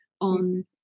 on